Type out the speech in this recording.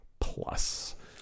Plus